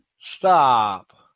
Stop